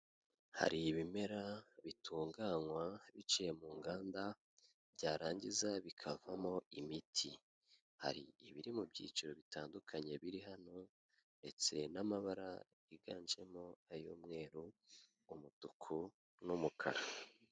Hari ibimera bitunganywa biciye mu nganda byarangiza bikavamo imiti, hari ibiri mu byiciro bitandukanye biri hano ndetse n'amabara yiganjemo ay'umweru umutuku n'umukara.